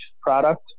product